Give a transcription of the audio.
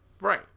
Right